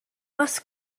was